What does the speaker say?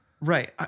Right